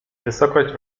wysokość